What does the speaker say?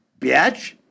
bitch